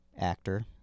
actor